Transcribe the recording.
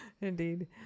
Indeed